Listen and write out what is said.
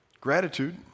Gratitude